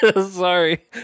Sorry